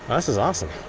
this is awesome.